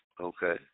okay